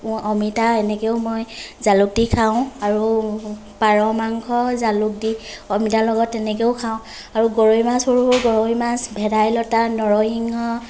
অমিতা এনেকেও মই জালুক দি খাওঁ আৰু পাৰ মাংস জালুক দি অমিতাৰ লগত তেনেকেও খাওঁ আৰু গৰৈ মাছ সৰু সৰু গৰৈ মাছ ভেদাইলতা নৰসিংহ